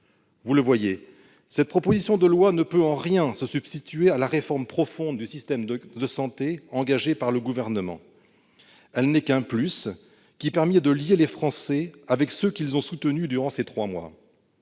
Vous le voyez, cette proposition de loi ne peut en rien se substituer à la réforme profonde du système de santé engagée par le Gouvernement. Elle n'est qu'un « plus », qui permet de lier les Français avec ceux qu'ils ont soutenus durant ces trois mois.